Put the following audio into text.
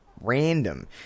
random